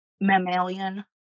mammalian